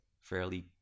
fairly